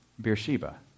Beersheba